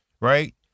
right